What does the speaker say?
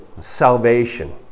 salvation